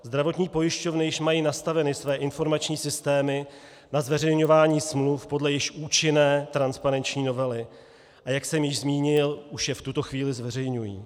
Zdravotní pojišťovny již mají nastaveny své informační systémy na zveřejňování smluv podle již účinné transparenční novely, a jak jsem již zmínil, už je v tuto chvíli zveřejňují.